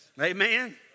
Amen